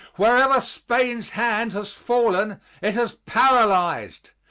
wherever spain's hand has fallen it has paralyzed.